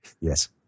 Yes